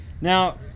now